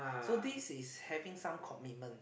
so this is having some commitments